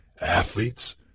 athletes